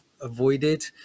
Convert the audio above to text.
avoided